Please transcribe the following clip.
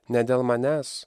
ne dėl manęs